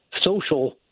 social